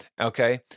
okay